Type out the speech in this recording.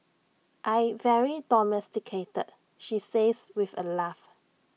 I very domesticated she says with A laugh